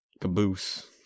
Caboose